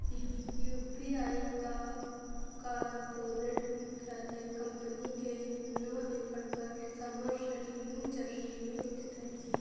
UPI का corporate मुख्यालय company के नौ एकड़ पर समरसेट न्यू जर्सी में स्थित है